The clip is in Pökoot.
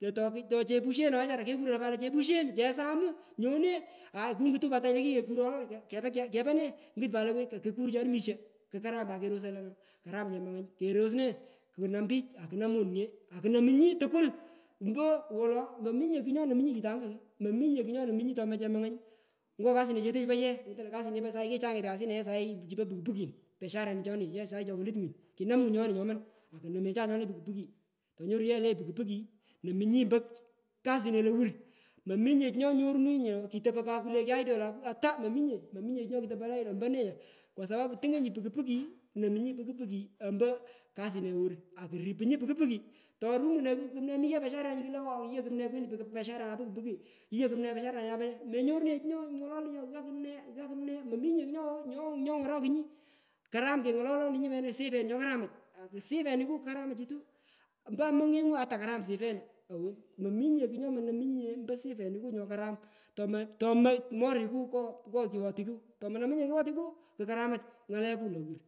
lo to chepushen ooh wechara kekuroi patlo lo chepushen, chsamugh nyone aai kungutu pat tany to kikekuron pe ne ngut pat lo kokukurchanu omisho kukaram pat kerosoi lo karam kemongoi kerosene kunam pich akunam monyage kunomunyi tukul mpo wolo mominye kugh nyonomunyi chitanga ko mominye kugh nyomomunya tomo chemangany ngo kasirechete po ye ngutonyi lo kazin chupo sahii ye kichangit kasina saii ye po pukin pukin biashara choni ye puchu po puki pukin sahi chokilut nguny kilut ngwun choni nyoman akunomecha chole puki pukin tonyorunyi ye le puki puki nomunyi mpo kasire lowur mominye chii nyonyorunany ooh kitopo pat kale kuidol ooh mominye nyok idol ompone kwa sapapu tungonyi puki nomunyi puki puki mpo kasine lowur akuriponyi puki puki torumuno kugh mumne yighoi biasharenyi puki puki yighoi kumne menyorunenyi chi ngolenenunyi nyoghagha kumne gha kumne mominye kugh nyongorokung karam kengo lorenunyi wena sifen chokaramach akusi ku karamachitu mpo mongengu ata karam sifenu owoi mominye kugh nyomonomunyinye mpo sifeniku nyok tomomoriku ngo king’otiku tomonominyinye kighe kukaramach ngaleku lowur.